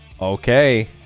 Okay